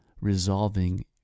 resolving